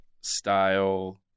style